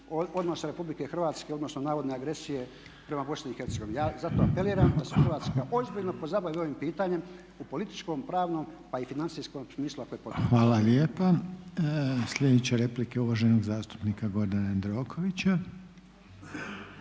odnosa Republike Hrvatske odnosno navodne agresije prema BiH. Ja zato apeliram da se Hrvatska ozbiljno pozabavi ovim pitanjem u političkom, pravnom pa i financijskom smislu ako je potrebno. **Reiner, Željko (HDZ)** Hvala lijepa. Sljedeća replika je uvaženog zastupnika Gordana Jandrokovića.